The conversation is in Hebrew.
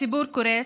הציבור קורס,